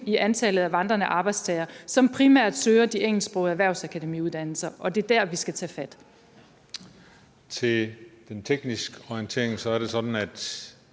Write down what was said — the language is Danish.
i antallet af vandrende arbejdstagere, som primært søger de engelsksprogede erhvervsakademiuddannelser. Og det er der, vi skal tage fat. Kl. 15:27 Tredje næstformand